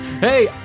Hey